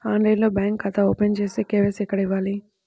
ఆన్లైన్లో బ్యాంకు ఖాతా ఓపెన్ చేస్తే, కే.వై.సి ఎక్కడ ఇవ్వాలి?